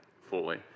fully